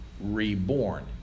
reborn